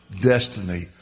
destiny